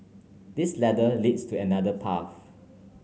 this ladder leads to another path